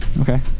Okay